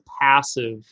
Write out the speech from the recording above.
passive